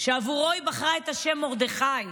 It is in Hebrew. ועבורו היא בחרה את השם מרדכי.